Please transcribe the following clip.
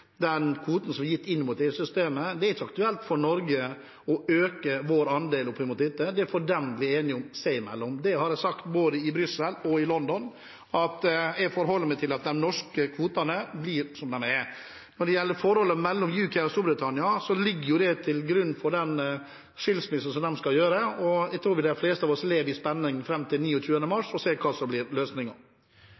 den kvoten som er gitt inn mot EU-systemet, ikke aktuelt for Norge å øke vår andel opp mot dette. Det får de blir enige om seg imellom. Jeg har sagt både i Brussel og i London at jeg forholder meg til at de norske kvotene blir som de er. Når det gjelder forholdet mellom EU og Storbritannia og den skilsmissen de skal ha, tror jeg de fleste får leve i spenning fram til den 29. mars for å se hva som blir løsningen. «Styret til